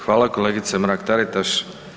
Hvala kolegice Mrak TAritaš.